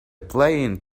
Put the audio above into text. playing